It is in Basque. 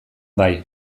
bai